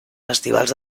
festivals